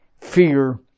fear